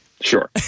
Sure